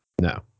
no